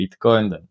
bitcoin